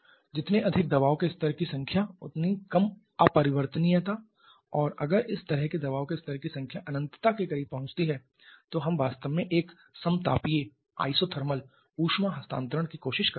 जितने अधिक दबाव के स्तर की संख्या उतनी कम अपरिवर्तनीयता और अगर इस तरह के दबाव के स्तर की संख्या अनंतता के करीब पहुंचती है तो हम वास्तव में एक समतापीय ऊष्मा हस्तांतरण की कोशिश कर रहे हैं